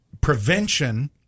prevention